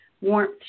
warmth